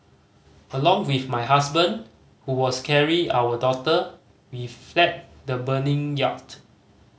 along with my husband who was carrying our daughter we fled the burning yacht